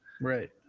right